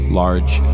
large